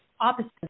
opposite